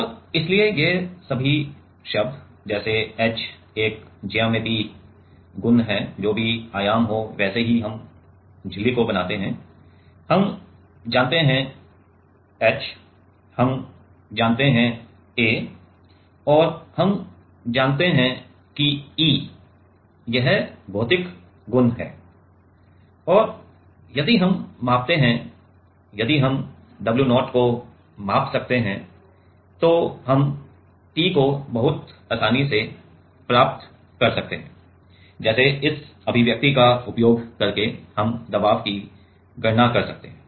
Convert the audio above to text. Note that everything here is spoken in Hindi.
और इसलिए ये सभी शब्द जैसे h एक ज्यामिति गुण है जो भी आयाम हो वैसे ही हम झिल्ली को बनाते हैं हम जानते हैं h हम जानते हैं a और हम जानते हैं कि E यह भौतिक गुण है और यदि हम मापते हैं यदि हम w0 को माप सकते तो हम P को बहुत आसानी से प्राप्त कर सकते हैं जैसे इस अभिव्यक्ति का उपयोग करके हम दबाव की गणना कर सकते हैं